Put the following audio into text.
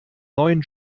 neuen